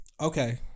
Okay